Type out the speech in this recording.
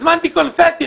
הזמנתי קונפטי.